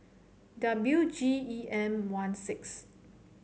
W G E M one six